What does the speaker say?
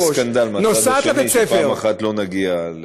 אז יהיה סקנדל מהצד השני, כשפעם אחת לא נגיע.